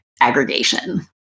aggregation